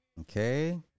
Okay